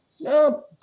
No